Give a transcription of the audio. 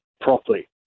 properly